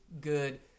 good